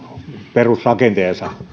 perusrakenteensa